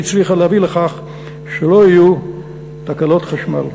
והצליחה להביא לכך שלא יהיו תקלות חשמל.